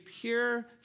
pure